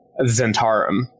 Zentarum